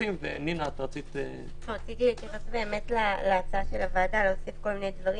רציתי להתייחס להצעת הוועדה להוסיף כל מיני דברים.